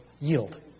Yield